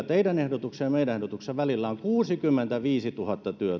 teidän ehdotuksenne ja meidän ehdotuksemme välillä on kuusikymmentäviisituhatta